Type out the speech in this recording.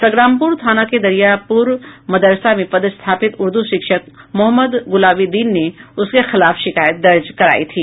संग्रामपुर थाना के दरियापुर मदरसा में पदस्थापित उर्दू शिक्षक मोहम्मद गुलाबी दीन ने उसके खिलाफ शिकायत दर्ज कराई थी